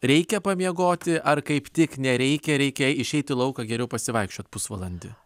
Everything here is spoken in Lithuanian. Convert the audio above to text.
reikia pamiegoti ar kaip tik nereikia reikia išeiti į lauką geriau pasivaikščiot pusvalandį